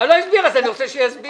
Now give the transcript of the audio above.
לא הסביר, אז אני רוצה שיסביר.